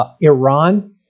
Iran